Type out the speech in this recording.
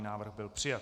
Návrh byl přijat.